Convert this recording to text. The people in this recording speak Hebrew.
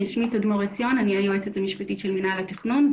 אני היועצת המשפטית של מינהל התכנון.